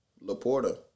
Laporta